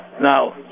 Now